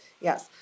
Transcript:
Yes